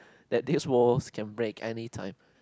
that this walls can break anytime